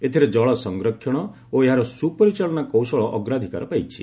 ଏଥିରେ ଜଳ ସଂରକ୍ଷଣ ଓ ଏହାର ସୁପରିଚାଳନା କୌଶଳ ଅଗ୍ରାଧିକାର ପାଇଛି